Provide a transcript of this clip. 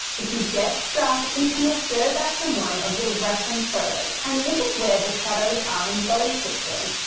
if you get stuck, you can refer back to one of your reference photos and look at where the shadows are in those pictures.